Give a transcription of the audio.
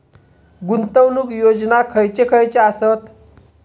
गुंतवणूक योजना खयचे खयचे आसत?